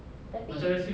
tapi